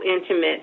intimate